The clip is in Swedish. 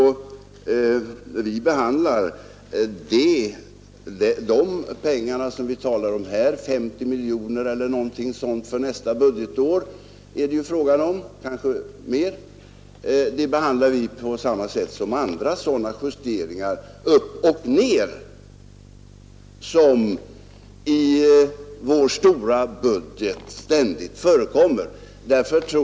Vi behandlar de pengar vi talar om här — omkring 50 miljoner kronor för nästa budgetår är det fråga om — på samma sätt som andra sådana justeringar uppåt och neråt som ständigt förekommer i vår stora budget.